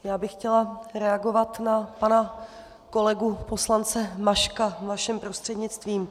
Já bych chtěla reagovat na pana kolegu poslance Maška vaším prostřednictvím.